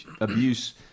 abuse